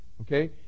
Okay